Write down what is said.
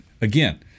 again